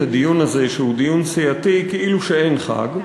הדיון הזה שהוא דיון סיעתי כאילו אין חג.